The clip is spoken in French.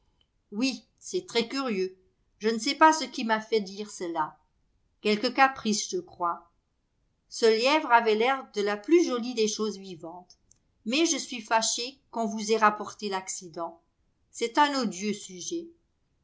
oui c'est très curieux je ne sais pas ce qui m'a fait dire cela quelque caprice je crois ce lièvre avait l'air de la plus jolie des choses vivantes mais je suis fâché qu'on vous ait rapporté l'accident c'est un odieux sujet